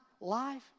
life